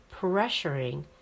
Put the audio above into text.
pressuring